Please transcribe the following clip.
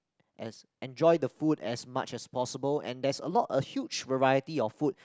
as enjoy the food as much as possible and there's a lot of huge variety of food